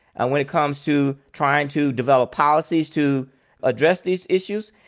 and when it comes to trying to develop policies to address these issues.